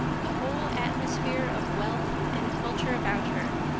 the whole atmosphere of wealth and culture about her.